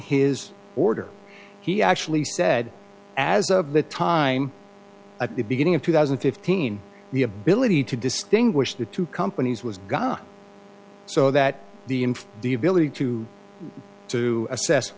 his order he actually said as of the time at the beginning of two thousand and fifteen the ability to distinguish the two companies was god so that the and the ability to to assess